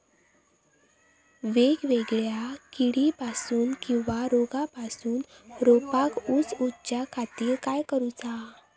वेगवेगल्या किडीपासून किवा रोगापासून रोपाक वाचउच्या खातीर काय करूचा?